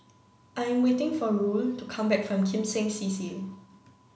I am waiting for Roel to come back from Kim Seng C C